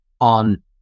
on